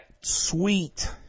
sweet